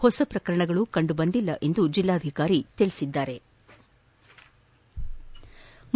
ಹೊಸ ಪ್ರಕರಣಗಳು ಕಂಡುಬಂದಿಲ್ಲ ಎಂದು ಜಿಲ್ಲಾಧಿಕಾರಿ ಹೇಳದ್ದಾರೆ